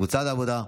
קבוצת סיעת העבודה,